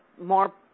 more